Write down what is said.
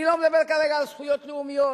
אני לא מדבר כרגע על זכויות לאומיות,